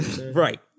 Right